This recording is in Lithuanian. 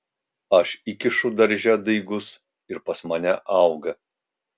aš įkišu darže daigus ir pas mane auga